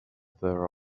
there